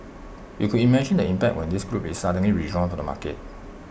you could imagine the impact when this group is suddenly withdrawn from the market